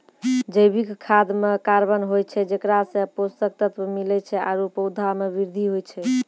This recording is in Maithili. जैविक खाद म कार्बन होय छै जेकरा सें पोषक तत्व मिलै छै आरु पौधा म वृद्धि होय छै